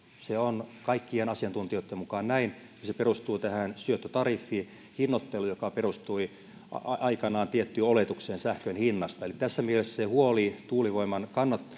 se on kaikkien asiantuntijoitten mukaan näin ja se perustuu tähän syöttötariffihinnoitteluun joka perustui aikoinaan tiettyyn oletukseen sähkön hinnasta eli tässä mielessä se huoli tuulivoiman